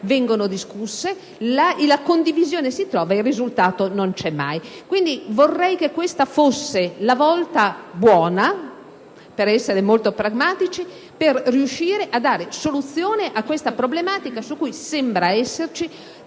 vengono discusse e la condivisione si trova, ma il risultato non c'è mai. Quindi, vorrei che questa fosse la volta buona - per essere molto pragmatici - per riuscire a dare soluzione a questa problematica su cui sembrano esserci,